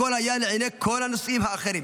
הכול היה לעיני כל הנוסעים האחרים.